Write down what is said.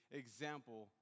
example